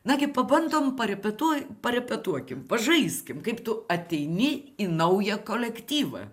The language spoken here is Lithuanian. nagi pabandom parepetuoj parepetuokim pažaiskim kaip tu ateini į naują kolektyvą